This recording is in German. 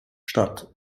statt